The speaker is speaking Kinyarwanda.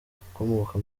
ukomoka